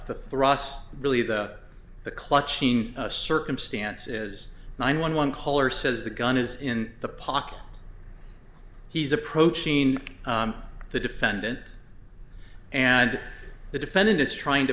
the thrust really of the the clutching a circumstance is nine one one caller says the gun is in the pocket he's approaching the defendant and the defendant is trying to